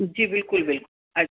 जी बिल्कुलु बिल्कुलु अच